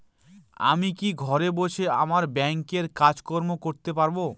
আমি কি ঘরে বসে আমার ব্যাংকের কাজকর্ম করতে পারব?